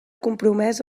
compromès